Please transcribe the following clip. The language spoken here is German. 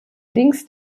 links